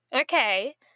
Okay